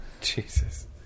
jesus